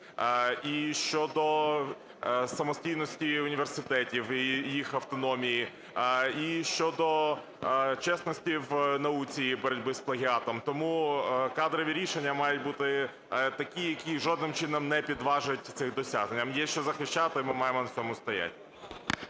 і щодо самостійності університетів і їх автономії, і щодо чесності в науці і боротьбі з плагіатом. Тому кадрові рішення мають бути такі, які жодним чином не підважують цих досягнень. Нам є що захищати, ми маємо на цьому стояти.